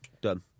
done